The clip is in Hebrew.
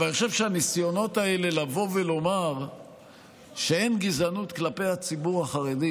אבל אני חושב שהניסיונות האלה לבוא ולומר שאין גזענות כלפי הציבור החרדי